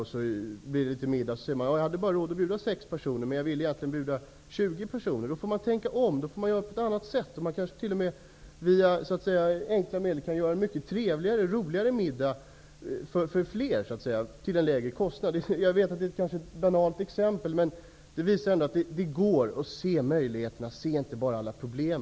Men då ser han att han bara har råd att bjuda sex personer, men han vill egentligen bjuda 20 personer. Då får han tänka om och lösa frågan på något annat sätt. Med enkla medel kanske han t.o.m. kan göra en mycket trevligare och roligare middag för fler till en lägre kostnad. Jag vet att det här är kanske ett banalt exempel, men det visar att det går att se möjligheterna. Se inte bara alla problem!